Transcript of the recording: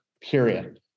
period